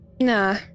nah